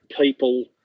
people